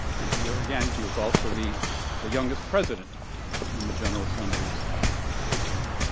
and here again he was also the the youngest president in the general assembly's history,